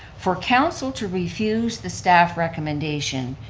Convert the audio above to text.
for council to refuse the staff recommendation,